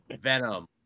venom